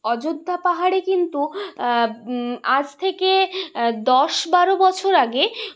অযোধ্যা পাহাড়ে কিন্তু আজ থেকে দশ বারো বছর আগে